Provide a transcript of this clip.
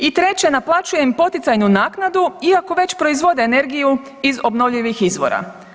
I treće naplaćuje im poticajnu naknadu iako već proizvode energiju iz obnovljivih izvora.